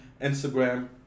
Instagram